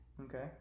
okay